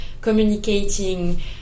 communicating